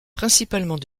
principalement